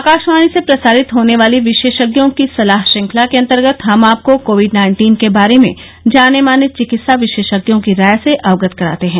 आकाशवाणी से प्रसारित होने वाली विशेषज्ञों की सलाह श्रंखला के अंतर्गत हम आपको कोविड नाइन्टीन के बारे में जाने माने चिकित्सा विशेषज्ञों की राय से अवगत कराते हैं